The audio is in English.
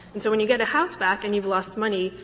and so when you get a house back and you've lost money,